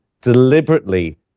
deliberately